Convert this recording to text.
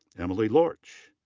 emily lorch.